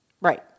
Right